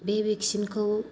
बे भेकसिन खौ